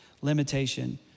limitation